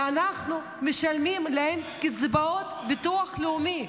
ואנחנו משלמים להם קצבאות ביטוח לאומי.